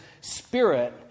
spirit